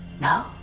No